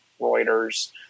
Reuters